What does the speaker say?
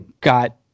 got